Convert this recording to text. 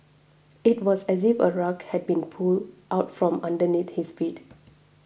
it was as if a rug had been pulled out from underneath his feet